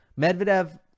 Medvedev